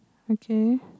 okay